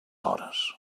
hores